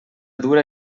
dura